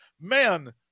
man